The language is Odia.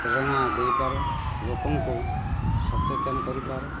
ପ୍ରେରଣା ଦେଇପାରୁ ଲୋକଙ୍କୁ ସଚେତନ କରିପାରୁ